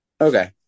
Okay